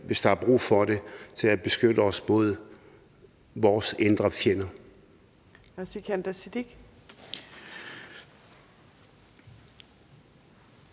hvis der er brug for det til at beskytte os mod vores indre fjender.